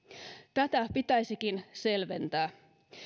tätä pitäisikin selventää